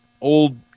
old